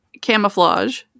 camouflage